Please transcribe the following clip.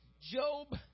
Job